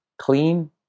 clean